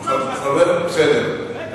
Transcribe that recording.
הם, בסדר.